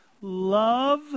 Love